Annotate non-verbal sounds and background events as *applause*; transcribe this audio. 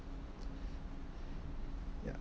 *breath* ya